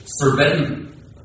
forbidden